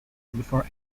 before